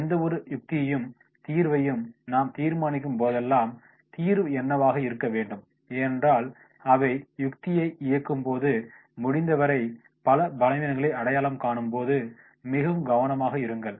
எந்தவொரு யுக்தியும் தீர்வையும் நாம் தீர்மானிக்கும் போதெல்லாம் தீர்வு என்னவாக இருக்க வேண்டும் ஏனென்றால் அவை யுக்தியை இயக்கும் போது முடிந்தவரை பல பலவீனங்களை அடையாளம் காணும்போது மிகவும் கவனமாக இருங்கள்